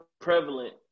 prevalent